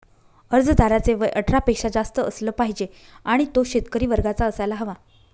अर्जदाराचे वय अठरा वर्षापेक्षा जास्त असलं पाहिजे आणि तो शेतकरी वर्गाचा असायला हवा